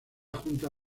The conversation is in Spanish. junta